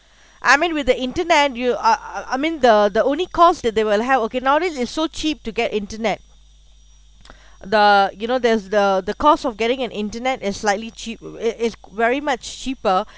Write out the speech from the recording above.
I mean with the internet you I I mean the the only cost that they will have okay nowadays is so cheap to get internet the you know there's the the cost of getting an internet is slightly cheap it's it's very much cheaper